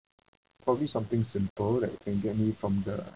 probably something simple that you can get me from the